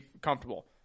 comfortable